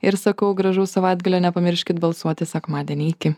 ir sakau gražaus savaitgalio nepamirškit balsuoti sekmadienį iki